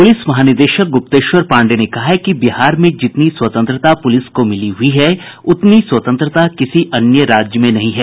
police महानिदेशक गुप्तेश्वर पांडेय ने कहा है कि बिहार में जितनी स्वतंत्रता पुलिस को मिली हुई है उतनी स्वतंत्रता किसी अन्य राज्य में नहीं है